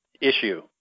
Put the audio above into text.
issue